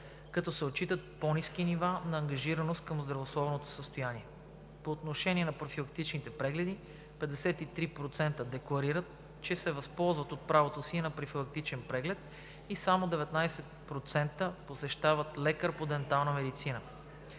като се отчитат по-ниски нива на ангажираност към здравословното състояние. По отношение на профилактичните прегледи 53% декларират, че се възползват от правото си на профилактичен преглед и само 19% посещават лекар по дентална медицина.